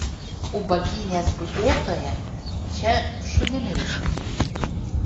ubagynės budėtoją čia šunimi užpjudytų